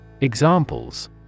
Examples